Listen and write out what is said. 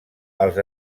als